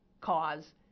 cause